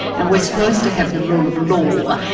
and we're supposed to have the rule of law,